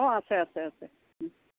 অঁ আছে আছে আছে